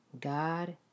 God